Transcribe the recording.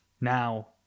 now